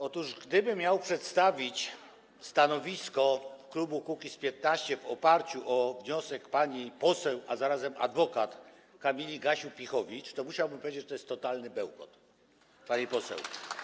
Otóż gdybym miał przedstawić stanowisko klubu Kukiz’15 w oparciu o wniosek pani poseł, a zarazem adwokat, Kamili Gasiuk-Pihowicz, to musiałbym powiedzieć, że to jest totalny bełkot, pani poseł.